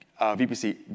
VPC